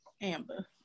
amber